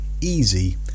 easy